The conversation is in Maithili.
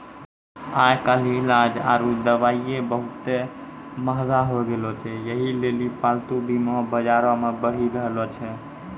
आइ काल्हि इलाज आरु दबाइयै बहुते मंहगा होय गैलो छै यहे लेली पालतू बीमा बजारो मे बढ़ि रहलो छै